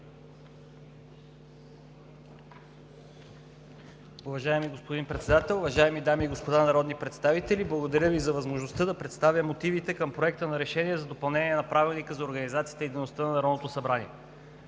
Уважаеми господин Председател, уважаеми дами и господа народни представители! Благодаря Ви за възможността да представя мотивите към Проекта на решение за допълнение на Правилника за организацията и дейността на Народното събрание.